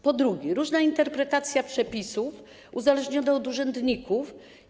Po drugie, różne interpretacje przepisów, uzależnione od urzędników.